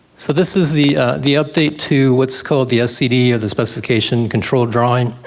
so this is the the update to what's called the scd, or the specification controlled drawing.